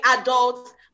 adults